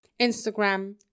Instagram